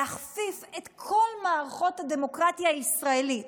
להכפיף את כל מערכות הדמוקרטיה הישראלית,